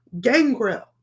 Gangrel